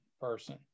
person